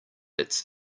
its